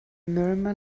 murmur